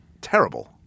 terrible